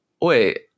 wait